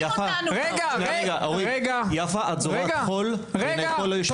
יפה, את זורה חול בעיניי כל היושבים פה.